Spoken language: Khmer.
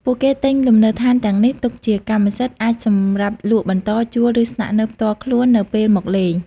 ពួកគេទិញលំនៅឋានទាំងនេះទុកជាកម្មសិទ្ធិ អាចសម្រាប់លក់បន្ត ជួល ឬស្នាក់នៅផ្ទាល់ខ្លួននៅពេលមកលេង។